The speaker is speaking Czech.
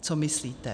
Co myslíte?